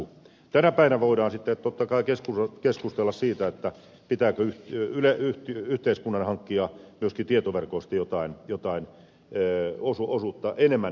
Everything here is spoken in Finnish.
tänä päivänä voidaan sitten totta kai keskustella siitä pitääkö yhteiskunnan hankkia myöskin tietoverkoista jotain osuutta enemmän itselleen